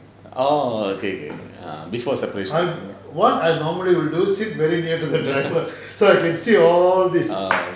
orh okay okay before separation